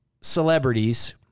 celebrities